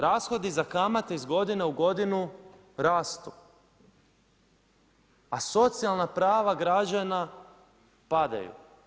Rashodi za kamate iz godine u godinu rastu, a socijalna prava građana padaju.